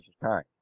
time